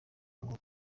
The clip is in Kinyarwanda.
ngo